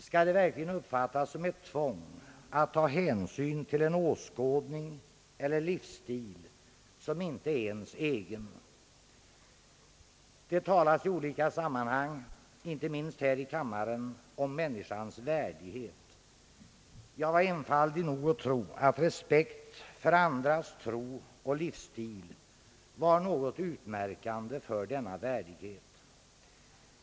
Skall det verkligen uppfattas såsom ett tvång att ta hänsyn till en åskådning eller livsstil, som inte är ens egen? Det talas i olika sammanhang, inte minst här i kammaren, om helgdagar människans värdighet. Jag var enfaldig nog att förutsätta att respekt för andras tro och livsstil var något utmärkande för denna värdighet.